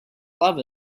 love